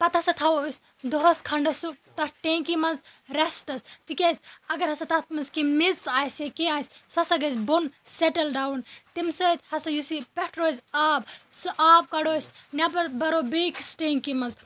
پَتہٕ ہَسا تھاوو أسۍ دۄہَس کھَنڈَس سُہ تَتھ ٹیٚنکی مَنٛز رٮ۪سٹَس تِکیازِ اگر ہَسا تَتھ مَنٛز کیٚنٛہہ مِیٚژ آسہِ کیٚنٛہہ آسہِ سُہ ہَسا گَژھہِ بۄن سیٚٹٕل ڈاوُن تَمہِ سۭتۍ ہَسا یُس یہِ پٮ۪ٹھہٕ روزِ آب سُہ آب کَڑو أسۍ نٮ۪بَر بَرو بیٚکِس ٹینکی مَنٛز